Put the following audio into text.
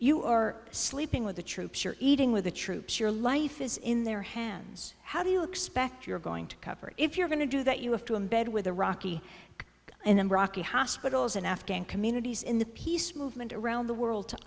you are sleeping with the troops you're eating with the troops your life is in their hands how do you expect you're going to cooperate if you're going to do that you have to embed with the rocky in rocky hospitals and afghan communities in the peace movement around the world to